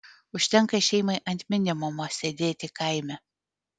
užtenka šeimai ant minimumo sėdėti kaime